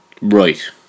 Right